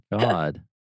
God